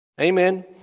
Amen